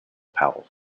powell